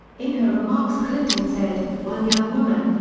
in her remarks clinton said, one young woman,